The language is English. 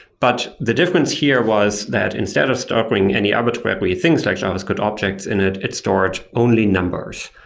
but the difference here was that instead of storing any arbitrary things like javascript objects in it. it stored only numbers.